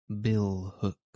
billhooks